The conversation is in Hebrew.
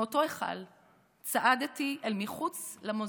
מאותו היכל צעדתי אל מחוץ למוזיאון.